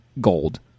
gold